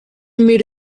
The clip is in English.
made